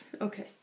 Okay